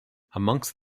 amongst